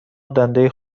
دنده